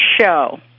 show